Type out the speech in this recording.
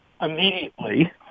immediately